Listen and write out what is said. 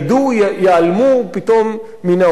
ייעלמו פתאום מן העולם?